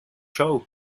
show